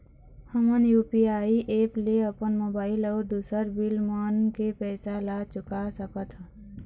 हमन UPI app ले अपन मोबाइल अऊ दूसर बिल मन के पैसा ला चुका सकथन